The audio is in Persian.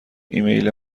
ایمیل